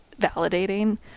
validating